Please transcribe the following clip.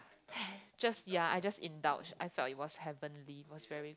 just ya I just indulge I felt it was heavenly it was very